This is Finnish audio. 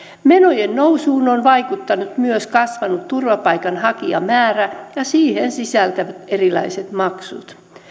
menojen nousuun ovat vaikuttaneet myös kasvanut turvapaikanhakijamäärä ja siihen sisältyvät erilaiset maksut